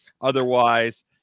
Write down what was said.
otherwise